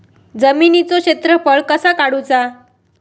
जमिनीचो क्षेत्रफळ कसा काढुचा?